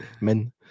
men